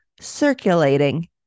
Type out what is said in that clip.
circulating